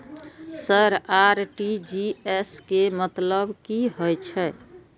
Sir RTGS के मतलब की हे छे?